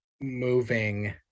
moving